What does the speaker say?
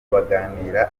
baganira